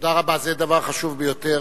תודה רבה, זה דבר חשוב ביותר.